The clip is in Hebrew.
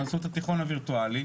עשו את התיכון הווירטואלי,